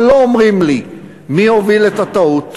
אבל לא אומרים לי מי הוביל את הטעות,